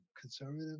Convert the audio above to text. conservative